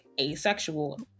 asexual